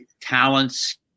talents